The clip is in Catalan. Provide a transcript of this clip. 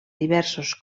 diversos